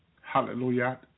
hallelujah